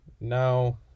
now